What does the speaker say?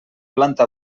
planta